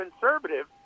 conservative